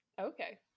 Okay